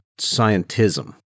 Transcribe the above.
scientism